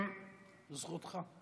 זו זכותך.